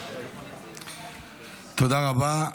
תודה רבה.